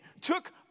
took